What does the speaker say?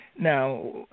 Now